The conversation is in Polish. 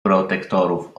protektorów